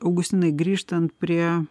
augustinai grįžtant prie